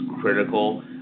critical